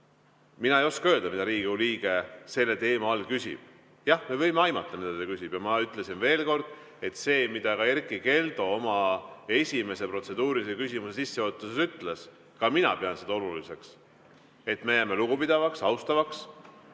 Mina ei oska öelda, mida Riigikogu liige selle teema all küsib. Jah, me võime aimata, mida ta küsib. Ja ma ütlen siin veel kord, et seda, mida Erkki Keldo oma esimese protseduurilise küsimuse sissejuhatuses ütles, pean ka mina oluliseks. Jääme lugupidavaks, austavaks,